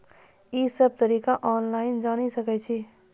ई सब तरीका ऑनलाइन जानि सकैत छी?